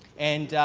and,